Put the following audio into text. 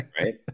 Right